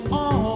on